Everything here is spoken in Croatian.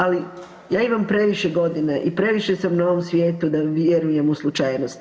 Ali ja imam previše godina i previše sam na ovom svijetu da vjerujem u slučajnosti.